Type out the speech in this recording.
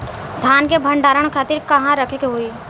धान के भंडारन खातिर कहाँरखे के होई?